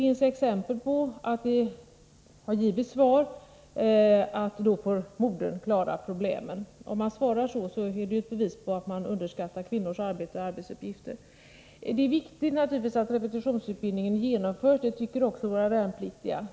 Vi har exempel på att det svar som kommunen oftast ger är att modern får klara problemen. Om man svarar så, är det ett bevis för en underskattning av kvinnors arbete och arbetsuppgifter. Det är naturligtvis viktigt att repetitionsutbildningen genomförs — det tycker också våra värnpliktiga.